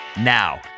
Now